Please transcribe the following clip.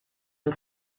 and